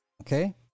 Okay